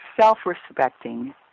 self-respecting